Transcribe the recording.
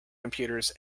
computers